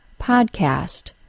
podcast